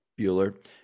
Bueller